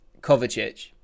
Kovacic